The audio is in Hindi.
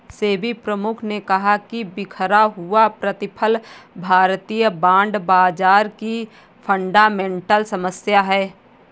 सेबी प्रमुख ने कहा कि बिखरा हुआ प्रतिफल भारतीय बॉन्ड बाजार की फंडामेंटल समस्या है